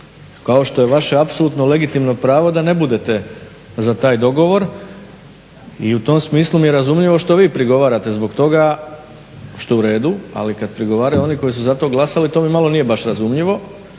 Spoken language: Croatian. Kao što je vaše apsolutno legitimno pravo da ne budete za taj dogovor i u tom smislu mi je razumljivo što vi prigovarate zbog toga, što je u redu, ali kad prigovaraju oni koji su za to glasali, to mi malo nije baš razumljivo.